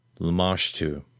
Lamashtu